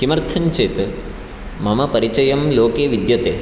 किमर्थञ्चेत् मम परिचयं लोके विद्यते